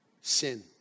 sin